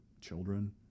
children